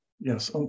yes